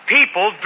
People